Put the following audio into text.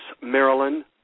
Maryland